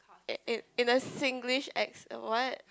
in in a Singlish acce~ what